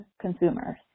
consumers